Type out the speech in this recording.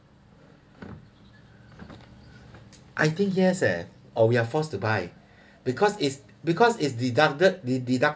I think yes eh or we are forced to buy because is because is deducted